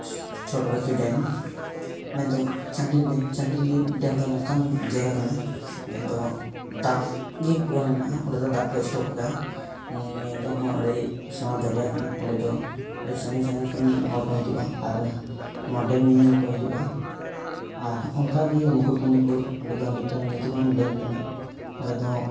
ᱪᱷᱚᱴᱳ ᱯᱟᱠᱷᱤ ᱰᱮᱹᱢ ᱢᱮᱱᱫᱚ Chandil dam Chandil dam ᱫᱚ ᱱᱚᱝᱠᱟᱱ ᱡᱟᱭᱜᱟ ᱠᱟᱱᱟ ᱡᱟᱦᱟᱸ ᱫᱚ ᱫᱟᱜ ᱜᱮ ᱯᱩᱨᱟᱹ ᱢᱮᱱᱟᱜᱼᱟ ᱚᱸᱰᱮ ᱫᱟᱜ ᱠᱚ ᱥᱴᱚᱠ ᱟᱠᱟᱫᱟ ᱧᱮᱞ ᱡᱚᱝᱦᱚᱸ ᱟᱹᱰᱤ ᱥᱮᱲᱟ ᱫᱚᱨᱭᱟ ᱠᱟᱱᱟ ᱚᱸᱰᱮ ᱫᱚ ᱟᱹᱰᱤ ᱥᱟᱺᱜᱤᱧ ᱥᱟᱺᱜᱤᱧ ᱠᱷᱚᱱ ᱦᱚᱲ ᱠᱚ ᱦᱤᱡᱩᱜᱼᱟ ᱟᱨ ᱱᱚᱣᱟ ᱰᱮᱹᱢ ᱧᱮᱧᱮᱞ ᱠᱚ ᱦᱤᱡᱩᱜᱼᱟ ᱟᱨ ᱚᱱᱠᱟᱜᱮ ᱢᱩᱠᱩᱴᱢᱚᱱᱤᱯᱩᱨ ᱚᱸᱰᱮ ᱫᱚ ᱢᱤᱫᱴᱟᱝ ᱧᱩᱛᱩᱢᱟᱱ ᱰᱮᱹᱢ ᱠᱟᱱᱟ ᱚᱸᱰᱮ ᱫᱚ